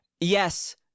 yes